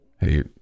hey